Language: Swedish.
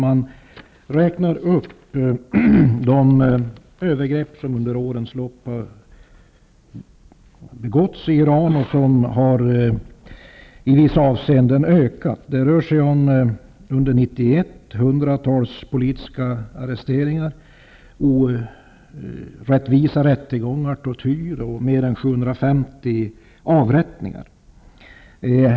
Man räknar upp de övergrepp som under årens lopp har begåtts i Iran, och de har i vissa avseenden ökat. Det rör sig om hundratals politiska arresteringar under 1991, orättvisa rättegångar, tortyr och mer än 750 avrättningar.